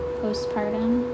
postpartum